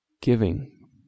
giving